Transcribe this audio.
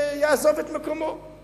ויעזוב את מקומו.